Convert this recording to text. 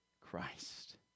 Christ